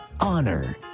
honor